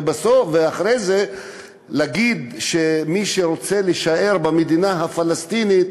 ואחרי זה להגיד שמי שרוצה להישאר במדינה הפלסטינית